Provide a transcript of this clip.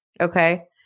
Okay